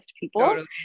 people